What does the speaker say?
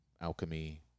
alchemy